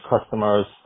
customers